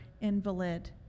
invalid